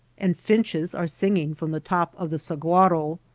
and finches are singing from the top of the sahnaro.